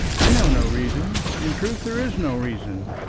i know no reason. in truth there is no reason.